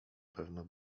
pewno